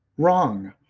wrong.